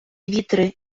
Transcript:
вітри